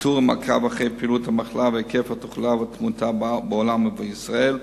ניטור ומעקב אחרי פעילות המחלה והיקף התחלואה והתמותה בעולם ובישראל,